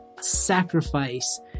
sacrifice